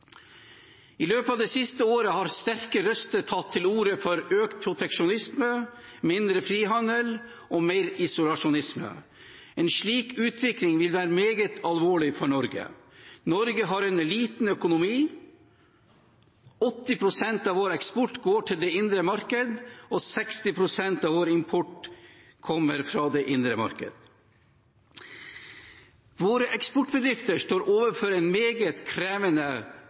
I løpet av det siste året har sterke røster tatt til orde for økt proteksjonisme, mindre frihandel og mer isolasjonisme. En slik utvikling vil være meget alvorlig for Norge. Norge har en liten økonomi, 80 pst. av vår eksport går til det indre marked, og 60 pst. av vår import kommer fra det indre marked. Våre eksportbedrifter står overfor en meget krevende